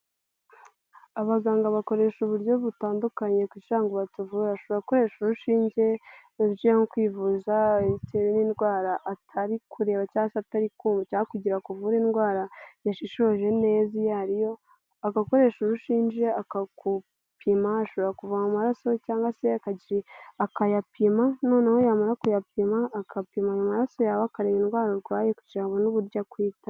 Abaganga bakoresha uburyo butandukanye kugira ngo batavure. Ashobora gukoresha urushinge mu kwivuza bitewe n'indwara atari kureba, cyangwa atari kumva kugira ngo akuvure indwara yashishoje neza iyo ariyo, agakoresha urushinge akagupima. Ashobora kuvoma amaraso cyangwa se akagira akayapima noneho yamara kuyapima agapima ayo maraso yawe akareba indwara urwaye kugira ngo abone uburyo akwitaho.